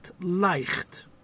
Leicht